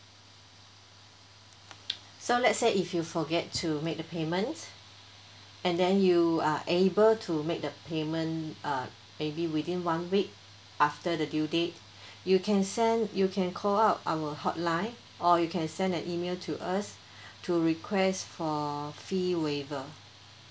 so let's say if you forget to make the payment and then you are able to make the payment uh maybe within one week after the due date you can send you can call up our hotline or you can send an email to us to request for a fee waiver